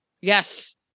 yes